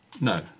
No